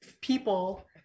people